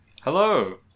Hello